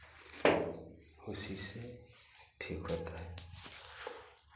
उसी से ठीक होता है